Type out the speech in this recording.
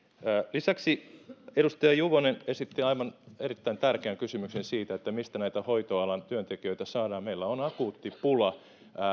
lisäksi edustaja juvonen esitti erittäin tärkeän kysymyksen siitä mistä näitä hoitoalan työntekijöitä saadaan meillä on akuutti pula